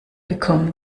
bekommen